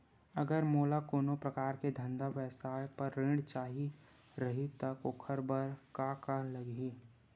अगर मोला कोनो प्रकार के धंधा व्यवसाय पर ऋण चाही रहि त ओखर बर का का लगही?